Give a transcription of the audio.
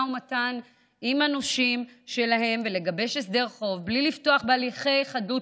ומתן עם הנושים שלהם ולגבש הסדר חוב בלי לפתוח בהליכי חדלות